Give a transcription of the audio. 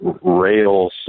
rail